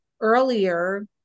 earlier